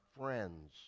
friends